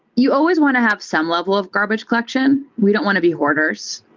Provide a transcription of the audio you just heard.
you always want to have some level of garbage collection. we don't want to be hoarders.